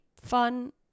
fun